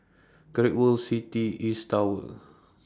Great World City East Tower